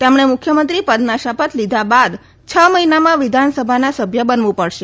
તેમણે મુખ્યમંત્રી પદના શપથ લીધા બાદ છ મહિનામાં વિધાનસભાના સભ્ય બનવું પડશે